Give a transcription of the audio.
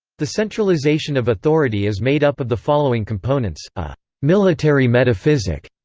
the centralization of authority is made up of the following components a military metaphysic,